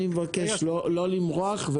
אני מבקש לא למרוח.